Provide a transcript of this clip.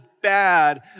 bad